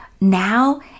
now